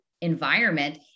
environment